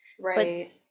Right